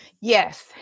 Yes